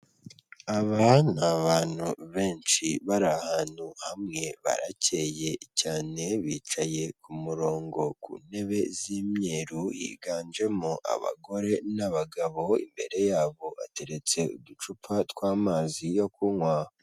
Aba ni abantu benshi bari ahantu hamwe, baracyeye cyane, bicaye ku murongo ku ntebe z'imyeru yiganjemo abagore n'abagabo imbere y'abo hateretse uducupa tw'amazi yo kunywa.